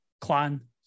clan